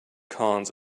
cons